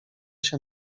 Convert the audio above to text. się